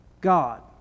God